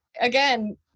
again